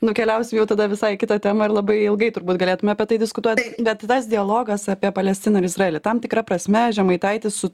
nukeliausim jau tada visai į kita tema ir labai ilgai turbūt galėtume apie tai diskutuo bet tas dialogas apie palestiną ir izraelį tam tikra prasme žemaitaitis su